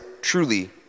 truly